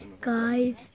guys